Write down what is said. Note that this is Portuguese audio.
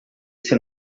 esse